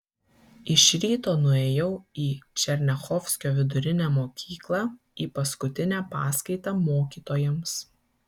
iš ryto nuėjau į černiachovskio vidurinę mokyklą į paskutinę paskaitą mokytojams